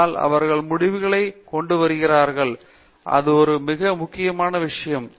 ஆனால் அவர்கள் முடிவுகளை கொண்டு வருகிறார்கள் அது ஒரு மிக முக்கியமான விஷயம்